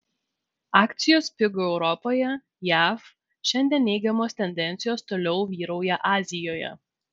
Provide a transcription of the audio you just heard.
akcijos pigo europoje jav šiandien neigiamos tendencijos toliau vyrauja azijoje